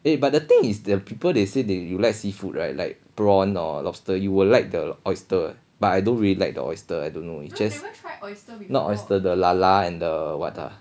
it but the thing is the people they say they you like seafood right like prawn or lobster you would like the oyster but I don't really like the oyster I don't know it's just not oyster the lala and the what ah